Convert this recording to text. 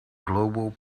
global